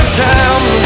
time